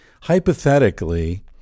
Hypothetically